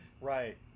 right